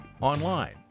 online